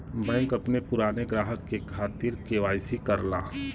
bank अपने पुराने ग्राहक के खातिर के.वाई.सी करला